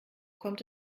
kommt